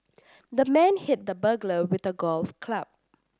the man hit the burglar with a golf club